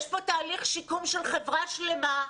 יש כאן תהליך שיקום של חברה שלמה.